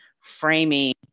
framing